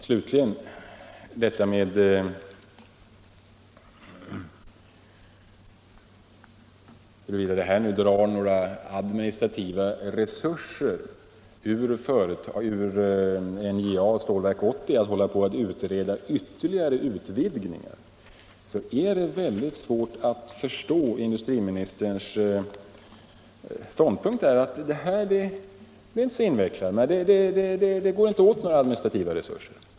Slutligen är det svårt att förstå industriministerns ståndpunkt att de utredningar som krävs för en samverkan inte är så invecklade att de tar i anspråk några administrativa resurser.